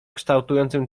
kształtującym